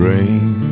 Rain